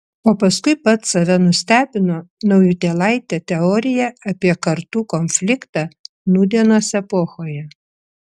o paskui pats save nustebino naujutėlaite teorija apie kartų konfliktą nūdienos epochoje